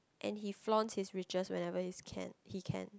and he flaunts his riches whenever he can he can